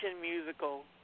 musical